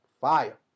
Fire